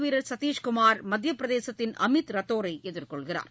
வீரர் சத்தீஷ்குமார் மத்திய பிரதேசத்தின் அமித் ரத்தோரை எதிர்கொள்கிறார்